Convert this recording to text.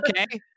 okay